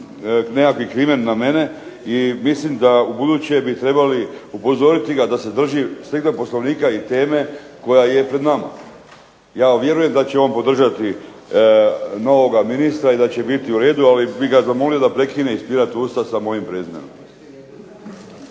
nekakvi krimen na mene i mislim da u buduće bi trebali upozoriti ga da se drži .../Govornik se ne razumije./... Poslovnika i teme koja je pred nama. Ja vjerujem da će on podržati novoga ministra i da će biti u redu, ali bih ga zamolio da prekine ispirati usta sa mojim prezimenom.